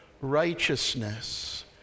righteousness